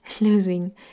losing